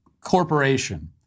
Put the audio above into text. corporation